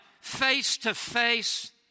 face-to-face